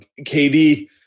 KD